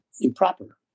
improper